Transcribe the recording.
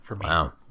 Wow